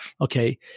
Okay